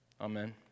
Amen